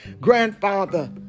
grandfather